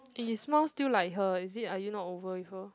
eh you smile still like her is it are you not over with her